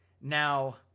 Now